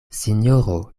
sinjoro